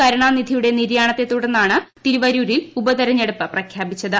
കരുണാനിധിയുടെ നിര്യാണത്തെ തുടർന്നാണ് തിരുവരൂറിൽ ഉപതെരഞ്ഞെടുപ്പ് പ്രഖ്യാപിച്ചത്